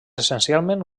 essencialment